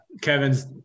kevin's